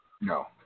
No